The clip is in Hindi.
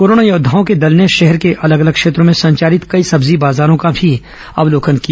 कोरोना योद्वाओं के दल ने शहर के अलग अलग क्षेत्रों में संचालित कई सब्जी बाजारों का भी अवलोकन किया